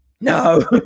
no